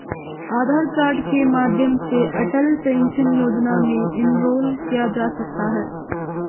आधार card के माध्यम से अटल पेंशन योजना में इनरोल किया जा सकता है